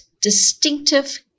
distinctive